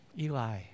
Eli